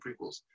prequels